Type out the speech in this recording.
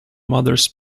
mothers